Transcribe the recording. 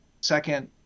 second